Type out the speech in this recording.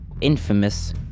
infamous